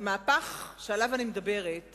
המהפך שאני מדברת